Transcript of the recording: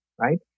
right